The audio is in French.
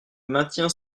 maintiens